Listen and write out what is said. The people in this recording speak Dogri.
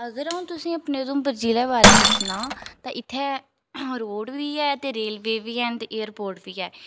अगर अ'ऊं तुसें ई अपने उधमपुर जिले बारै च सनांऽ ते इ'त्थें रोड बी ऐ ते रेलवे बी हैन ते एयरपोर्ट बी ऐ